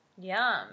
Yum